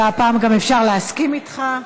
והפעם גם אפשר להסכים איתך.